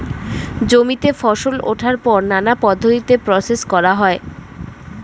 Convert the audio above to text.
জমিতে ফসল ওঠার পর নানা পদ্ধতিতে প্রসেস করা হয়